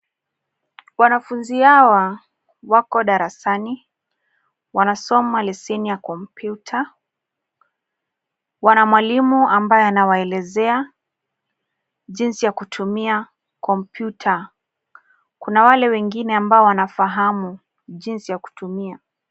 Wanafunzi hawa wako darasani, wanasoma lesson ya kompyuta. Wana mwalimu ambaye anawaelezea jinsi ya kutumia kompyuta. Kuna wale wengine ambao wanafahamu jinsi ya kutumia.